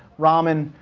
ramen,